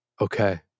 Okay